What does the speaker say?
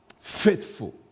faithful